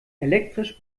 elektrisch